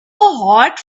hot